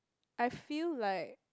I feel like